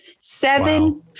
Seven